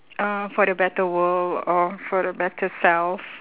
uh for the better world or for a better self